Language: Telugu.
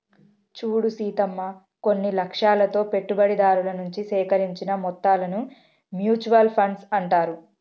చూడు సీతమ్మ కొన్ని లక్ష్యాలతో పెట్టుబడిదారుల నుంచి సేకరించిన మొత్తాలను మ్యూచువల్ ఫండ్స్ అంటారు